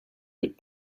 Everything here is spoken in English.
good